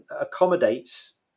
accommodates